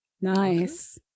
nice